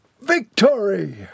Victory